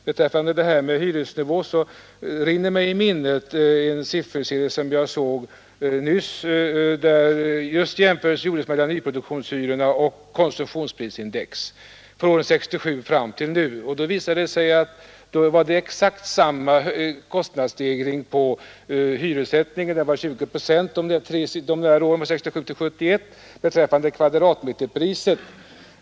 Beträffande hyresnivån rinner mig en sifferserie i minnet som jag såg nyss och där en jämförelse gjordes just mellan nyproduktionshyrorna och konsumentprisindex från 1967 fram till nu. Det visar sig att det var exakt samma kostnadsstegring för hyressättningen den var 20 procent åren 1967-1971 när det gäller kvadratmeterpriset.